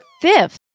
fifth